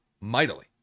mightily